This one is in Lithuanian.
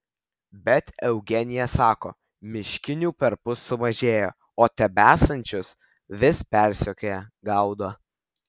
bet eugenija sako miškinių perpus sumažėjo o tebesančius vis persekioja gaudo